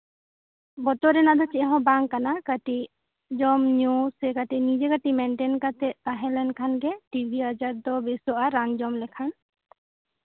ᱵᱚᱛᱚᱨ ᱨᱮᱱᱟᱜ ᱫᱚ ᱪᱮᱫᱦᱚᱸ ᱵᱟᱝ ᱠᱟᱱᱟ ᱠᱟᱹᱴᱤᱡ ᱡᱚᱢ ᱧᱩ ᱥᱮ ᱱᱤᱡᱮ ᱠᱟᱹᱴᱤᱡ ᱢᱮᱱᱴᱮᱱ ᱠᱟᱛᱮᱜ ᱛᱟᱦᱮ ᱞᱮᱱᱠᱷᱟᱱᱜᱮ ᱴᱤᱵᱤ ᱟᱡᱟᱨ ᱫᱚ ᱵᱮᱥᱚᱜᱼᱟ ᱨᱟᱱ ᱡᱚᱢ ᱞᱮᱠᱷᱟᱱ